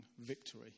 victory